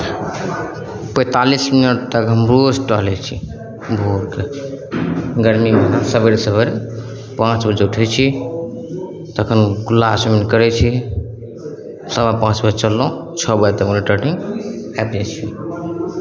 पैँतालिस मिनट तक हम रोज टहलै छी भोरकेँ गर्मीमे सवेरे सवेरे पाँच बजे उठै छी तखन कुल्ला आचमन करै छी सवा पाँचमे चललहुँ छओ बजे तक रिटर्निंग आबि जाइ छी